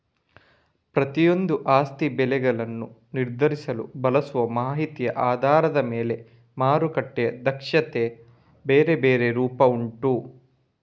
ಪ್ರತಿಯೊಂದೂ ಆಸ್ತಿ ಬೆಲೆಗಳನ್ನ ನಿರ್ಧರಿಸಲು ಬಳಸುವ ಮಾಹಿತಿಯ ಆಧಾರದ ಮೇಲೆ ಮಾರುಕಟ್ಟೆಯ ದಕ್ಷತೆಯ ಬೇರೆ ಬೇರೆ ರೂಪ ಉಂಟು